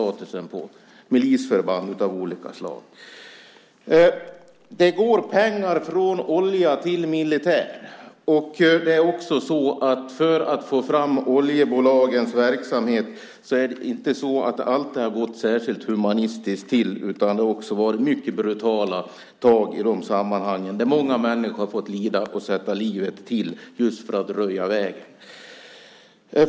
Det är milisförband av olika slag. Det går pengar från olja till militär. Och oljebolagens verksamhet har inte alltid skett på ett särskilt humant sätt, utan det har också varit mycket brutala tag i dessa sammanhang. Många människor har fått lida och sätta livet till just för att röja väg.